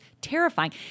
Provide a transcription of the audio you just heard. terrifying